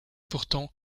pourtant